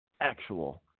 actual